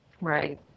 Right